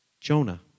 Jonah